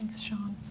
sean.